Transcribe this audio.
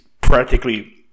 practically